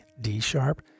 D-sharp